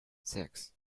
six